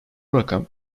rakam